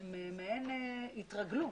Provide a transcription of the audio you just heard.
התרגלו